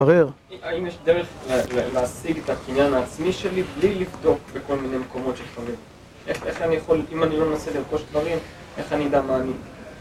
האם יש דרך להשיג את הקניין העצמי שלי בלי לבדוק בכל מיני מקומות של חברים? איך אני יכול, אם אני לא אנסה לרכוש דברים, איך אני אדע מה אני?